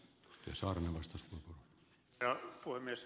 herra puhemies